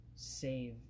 Save